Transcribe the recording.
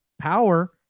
power